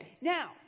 Now